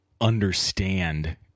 understand